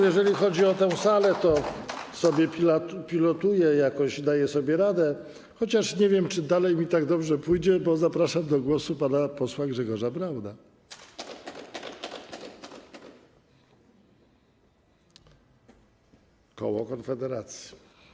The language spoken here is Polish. Jeżeli chodzi o tę salę, to pilotuję ja, jakoś daję sobie radę, chociaż nie wiem, czy dalej mi tak dobrze pójdzie, bo zapraszam do głosu pana posła Grzegorza Brauna, koło Konfederacji.